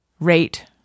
Rate